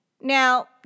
Now